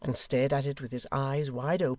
and stared at it with his eyes wide open,